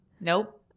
Nope